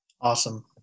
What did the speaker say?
Awesome